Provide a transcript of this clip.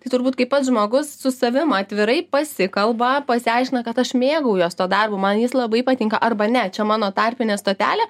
tai turbūt kaip pats žmogus su savim atvirai pasikalba pasiaiškina kad aš mėgaujuos tuo darbu man jis labai patinka arba ne čia mano tarpinė stotelė